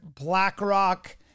BlackRock